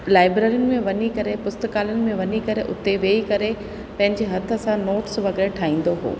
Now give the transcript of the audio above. लाइब्रेरियुनि में वञी करे पुस्तकालयनि में वञी करे उते वेही करे पंहिंजे हथ सां नोट्स वग़ैरह ठाहींदो हुओ